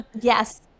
Yes